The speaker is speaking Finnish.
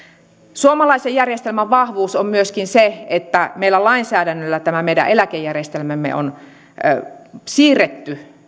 suomalaisen järjestelmän vahvuus on myöskin se että meillä tämä meidän eläkejärjestelmämme on lainsäädännöllä siirretty